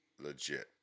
legit